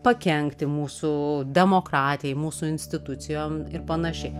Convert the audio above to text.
pakenkti mūsų demokratijai mūsų institucijom ir panašiai